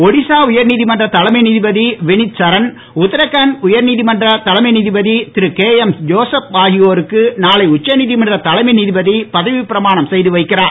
ஒடிசா உயர்நீதிமன்ற தலைமை நீதிபதி வினித் சரண் உத்தராகண்ட் உயர்நீதிமன்ற தலைவமை நீதிபதி திரு கேஎம் ஜோசப் ஆகியோருக்கு நாளைஉச்சநீதிமன்ற தலைமை நீதிபதி பதவி பிரமானம் செய்து வைக்கிறார்